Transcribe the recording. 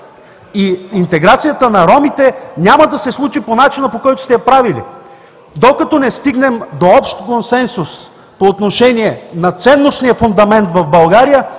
и интеграцията на ромите няма да се случи по начина, по който сте я правили. Докато не стигнем до общ консенсус по отношение на ценностния фундамент в България,